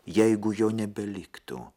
jeigu jo nebeliktų